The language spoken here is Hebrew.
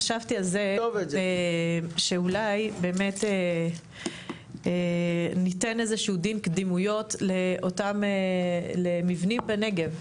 חשבתי על זה שאולי באמת ניתן איזשהו דין קדימויות למבנים בנגב.